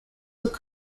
would